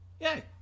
Yay